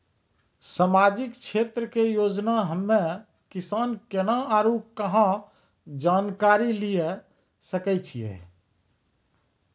समाजिक क्षेत्र के योजना हम्मे किसान केना आरू कहाँ जानकारी लिये सकय छियै?